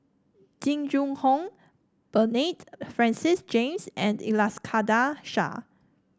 Jing Jun Hong Bernard Francis James and Iskandar Shah